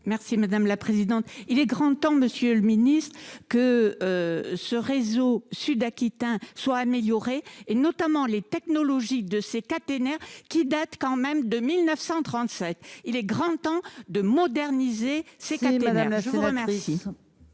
Merci madame la présidente, il est grand temps Monsieur le Ministre, que ce réseau sud aquitain soit amélioré et notamment les technologies de ces caténaires qui date quand même de 1937 il est grand temps de moderniser ses quatre madame, je vous remercie.